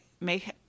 make